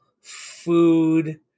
food